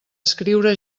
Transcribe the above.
escriure